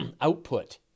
output